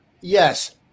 Yes